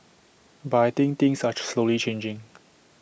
but I think things are slowly changing